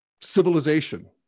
civilization